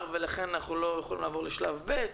ולכן אנחנו לא יכולים לעבור לשלב ב',